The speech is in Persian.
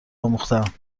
آموختهام